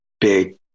big